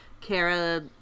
Kara